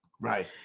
Right